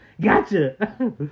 Gotcha